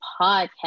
podcast